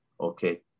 Okay